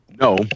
No